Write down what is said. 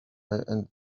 and